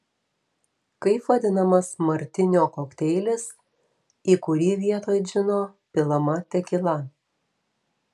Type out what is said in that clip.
kaip vadinamas martinio kokteilis į kurį vietoj džino pilama tekila